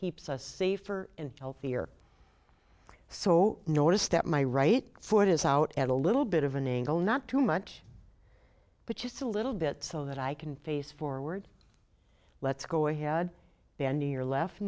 keeps us safer and healthier so noticed that my right foot is out at a little bit of an angle not too much but just a little bit so that i can face forward let's go ahead then your left